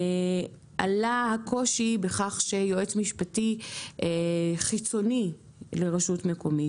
עלה הקושי בכך שיועץ משפטי חיצוני לרשות מקומית,